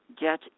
get